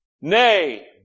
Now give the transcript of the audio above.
nay